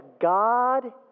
God